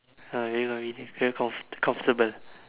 uh convenient very comforta~ comfortable